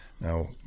Now